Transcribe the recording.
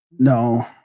No